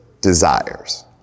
desires